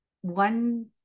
one